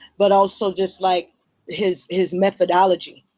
but also just like his his methodology.